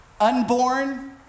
unborn